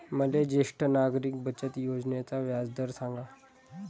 मले ज्येष्ठ नागरिक बचत योजनेचा व्याजदर सांगा